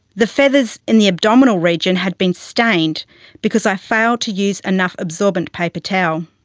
the feathers in the abdominal region had been stained because i failed to use enough absorbent paper towel.